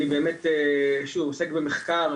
אני עוסק במחקר,